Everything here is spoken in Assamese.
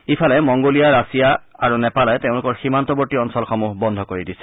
ইফালে মংগোলীয়া ৰাছিয়া আৰু নেপালে তেওঁলোকৰ সীমান্তৱৰ্তী অঞ্চলসমূহ বন্ধ কৰি দিছে